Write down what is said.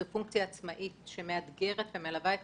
זו פונקציה עצמאית שמאתגרת ומלווה את